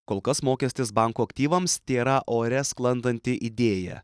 kol kas mokestis bankų aktyvams tėra ore sklandanti idėja